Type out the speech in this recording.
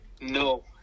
No